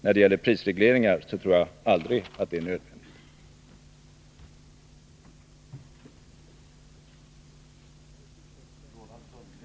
När det gäller prisregleringar vill jag säga att de knappast torde vara nödvändiga över huvud taget.